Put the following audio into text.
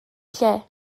lle